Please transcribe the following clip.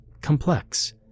complex